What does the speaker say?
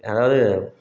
அதாவது